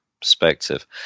perspective